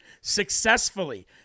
successfully